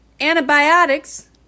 antibiotics